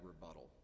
rebuttal